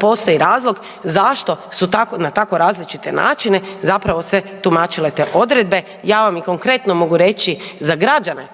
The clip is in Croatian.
postoji razlog zašto su na tako različite načine zapravo se tumačile te odredbe. Ja ih vam konkretno mogu reći za građane